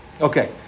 Okay